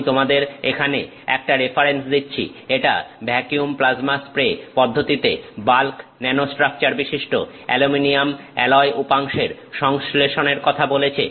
আমি তোমাদের এখানে একটা রেফারেন্স দিচ্ছি এটা ভ্যাকিউম প্লাজমা স্প্রে পদ্ধতিতে বাল্ক ন্যানোস্ট্রাকচারবিশিষ্ট অ্যালুমিনিয়াম অ্যালয় উপাংশের সংশ্লেষণের কথা বলছে